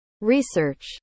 research